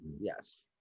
Yes